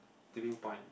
tipping point